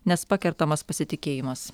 nes pakertamas pasitikėjimas